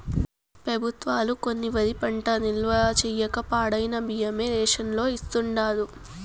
పెబుత్వాలు కొన్న వరి పంట నిల్వ చేయక పాడైన బియ్యమే రేషన్ లో ఇస్తాండారు